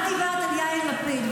את דיברת על יאיר לפיד,